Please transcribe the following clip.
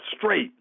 straight